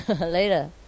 later